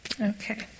Okay